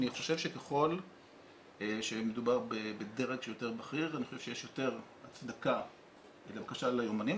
אני חושב שככל שמדובר בדרג שיותר בכיר יש יותר הצדקה לבקשה ליומנים.